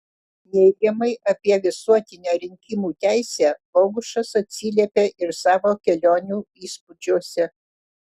neigiamai apie visuotinę rinkimų teisę bogušas atsiliepė ir savo kelionių įspūdžiuose